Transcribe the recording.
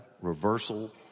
reversal